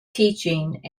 teaching